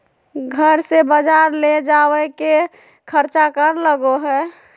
घर से बजार ले जावे के खर्चा कर लगो है?